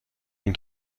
این